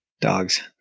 dogs